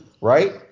right